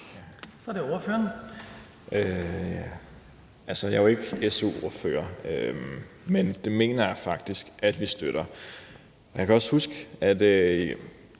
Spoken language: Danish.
Så er det ordføreren.